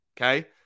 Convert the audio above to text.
Okay